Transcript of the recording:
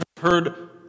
heard